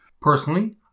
Personally